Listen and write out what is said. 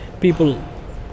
people